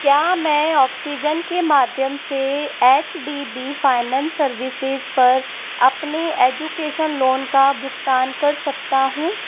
क्या मैं ऑक्सीजन के माध्यम से H D B finance services पर अपने एजुकेशन लोन का भुगतान कर सकता हूँ